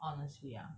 honestly ah